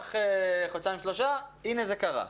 לקח חודשיים-שלושה, הנה זה קרה.